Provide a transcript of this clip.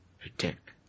Protect